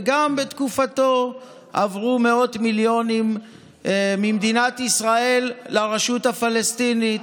וגם בתקופתו עברו מאות מיליונים ממדינת ישראל לרשות הפלסטינית.